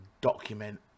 document